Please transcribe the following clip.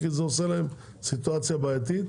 כי זה עושה להם סיטואציה בעייתית,